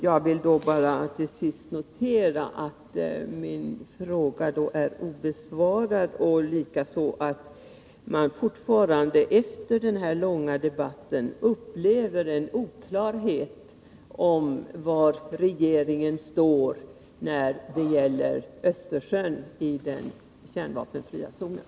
Jag vill till sist notera att min fråga är obesvarad och likaså att man fortfarande efter den här långa debatten upplever en oklarhet om var regeringen står när det gäller Östersjön och den kärnvapenfria zonen.